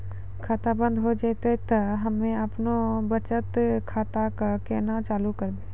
खाता बंद हो जैतै तऽ हम्मे आपनौ बचत खाता कऽ केना चालू करवै?